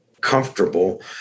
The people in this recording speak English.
comfortable